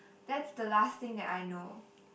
that's the last thing that I know